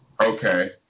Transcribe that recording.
Okay